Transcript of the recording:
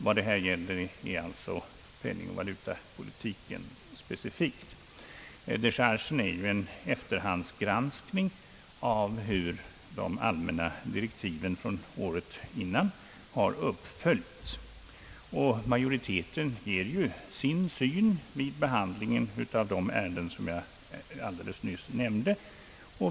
Vad det här gäller är alltså penningoch valutapolitiken specifikt. Dechargen är en efterhandsgranskning av hur de allmänna direktiven från året innan har uppföljts. Majoriteten ger sin syn vid behandlingen av de ärenden som jag alldeles nyss nämnde.